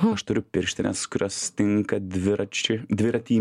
o aš turiu pirštines kurios tinka dviračiui dviratį